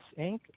Inc